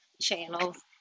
channels